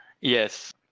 Yes